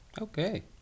Okay